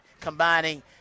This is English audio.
combining